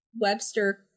Webster